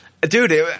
Dude